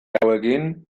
hauekin